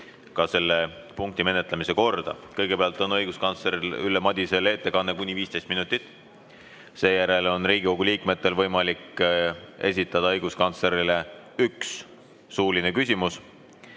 ka selle punkti menetlemise korda. Kõigepealt on õiguskantsler Ülle Madise ettekanne kuni 15 minutit. Seejärel on Riigikogu liikmetel võimalik esitada õiguskantslerile üks suuline küsimus.